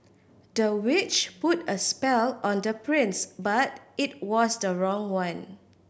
the witch put a spell on the prince but it was the wrong one